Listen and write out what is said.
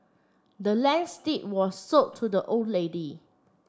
the land's deed was sold to the old lady